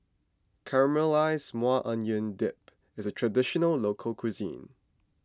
Caramelized Maui Onion Dip is a Traditional Local Cuisine